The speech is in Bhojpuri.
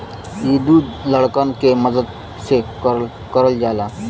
इ दू लड़कन के मदद से करल जाला